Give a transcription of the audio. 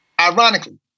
Ironically